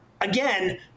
again